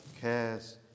cares